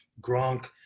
Gronk